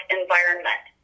environment